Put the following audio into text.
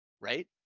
right